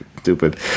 Stupid